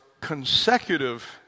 consecutive